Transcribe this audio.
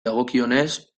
dagokionez